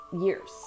years